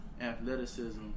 athleticism